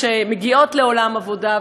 שמגיעות לעולם העבודה.